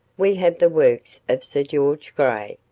we have the works of sir george grey,